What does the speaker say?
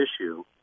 issue